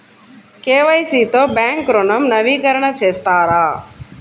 KYC తో bank ఋణం నవీకరణ చేస్తారా?